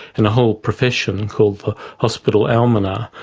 and the whole profession called the hospital almoner,